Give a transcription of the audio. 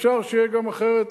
אפשר שיהיה גם אחרת,